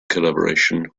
collaboration